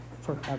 forever